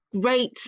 great